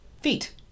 Feet